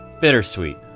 Bittersweet